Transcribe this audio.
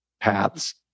paths